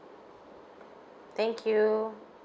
thank you